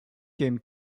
came